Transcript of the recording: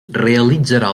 realitzarà